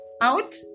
Out